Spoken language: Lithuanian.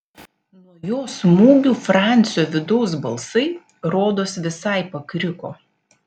nuo jo smūgių francio vidaus balsai rodos visai pakriko